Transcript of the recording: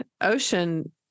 ocean